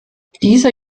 dieser